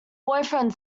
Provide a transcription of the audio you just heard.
boyfriend